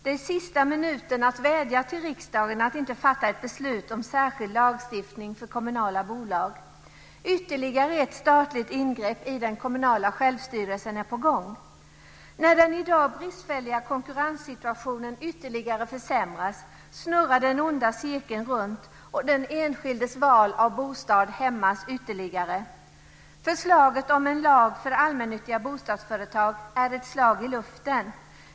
Detta är sista minuten att vädja till riksdagen att inte fatta ett beslut om särskild lagstiftning för kommunala bolag. Ytterligare ett statligt ingrepp i den kommunala självstyrelsen är på gång. När den i dag bristfälliga konkurrenssituationen ytterligare försämras snurrar den onda cirkeln runt och den enskildes val av bostad hämmas ytterligare. Förslaget om en lag för allmännyttiga bostadsföretag är ett slag i luften.